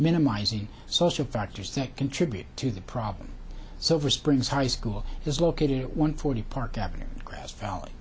minimizing social factors that contribute to the problem so for springs high school is located at one forty park avenue or grass valley